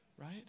right